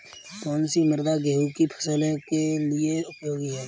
कौन सी मृदा गेहूँ की फसल के लिए सबसे उपयोगी है?